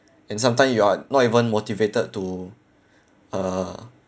and sometime you are not even motivated to uh